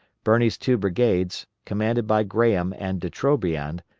birney's two brigades, commanded by graham and de trobriand,